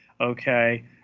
Okay